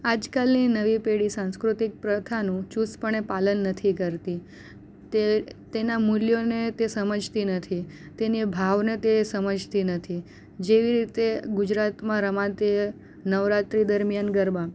આજ કાલની નવી પેઢી સાંસ્કૃતિક પ્રથાનું ચુસ્તપણે પાલન નથી કરતી તે તેના મૂલ્યોને તે સમજતી નથી તેને ભાવને તે સમજતી નથી જેવી રીતે ગુજરાતમાં રમાતી નવરાત્રિ દરમિયાન ગરબા